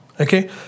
okay